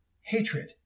hatred